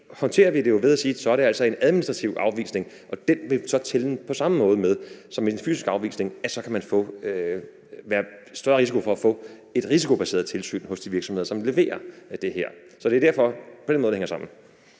håndterer vi det jo ved at sige, at så er det altså en administrativ afvisning. Og den vil så tælle på samme måde som en fysisk afvisning, og man vil altså så være i større risiko for at få et risikobaseret tilsyn hos de virksomheder, som leverer det affald. Så det er på den måde, det hænger sammen.